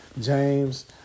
James